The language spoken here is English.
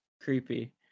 creepy